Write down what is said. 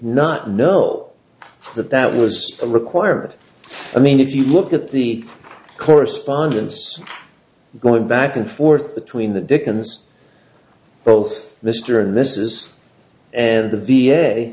not know that that was a requirement i mean if you look at the correspondence going back and forth between the dickens both mr and mrs and of the